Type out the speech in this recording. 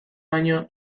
baino